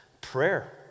prayer